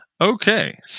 Okay